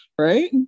right